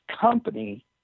company